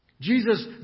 Jesus